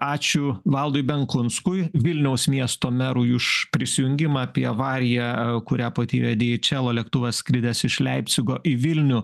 ačiū valdui benkunskui vilniaus miesto merui už prisijungimą apie avariją kurią patyrė dieičelo lėktuvas skridęs iš leipcigo į vilnių